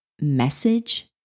message